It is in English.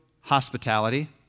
hospitality